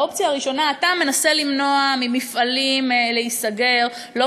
באופציה הראשונה אתה מנסה למנוע סגירת מפעלים,